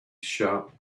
sharp